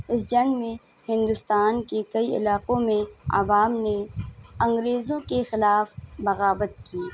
اس جنگ میں ہندوستان کے کئی علاقوں میں عوام نے انگریزوں کے خلاف بغاوت کی